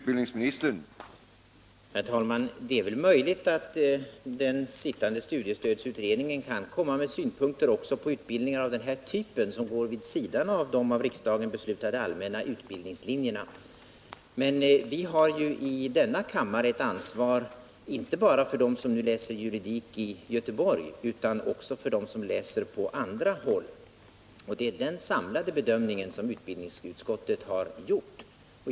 Herr talman! Det är väl möjligt att den sittande studiestödsutredningen kan komma med synpunkter också på utbildning av denna typ som går vid sidan av de av riksdagen beslutade allmänna utbildningslinjerna. Men vi har i denna kammare ett ansvar inte bara för dem som nu läser juridik i Göteborg utan också för dem som läser på andra håll. Det är den samlade bedömning som utbildningsutskottet har gjort.